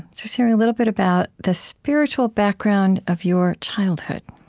just hearing a little bit about the spiritual background of your childhood